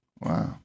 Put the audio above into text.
wow